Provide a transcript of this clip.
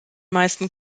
meisten